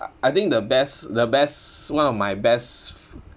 uh I think the best the best one of my best